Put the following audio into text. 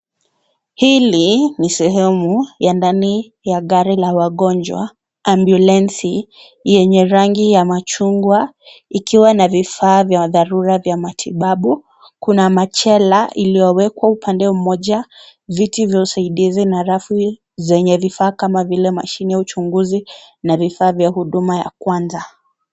Hili ni sehemu ya ndani la gari ya wagonjwa ambyulensi yenye rangi ya machungwa ikiwa na vifaa vya dharura vya matibabu kuna machela iliyowekwa upande mmoja, viti vyeusi na rafu zenye vifaa kama vile mashine ya uchunguzi na vifaa vya huduma ya kwanza.